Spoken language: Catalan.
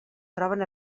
troben